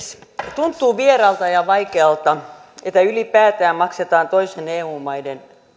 tuntuu vieraalta ja vaikealta että ylipäätään maksetaan toisten eu maiden